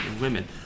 women